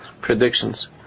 predictions